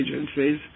agencies